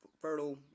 fertile